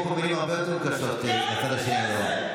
נאמרו פה מילים הרבה יותר קשות מהצד השני היום.